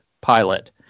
pilot